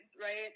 right